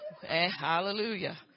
Hallelujah